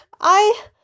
I-